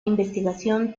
investigación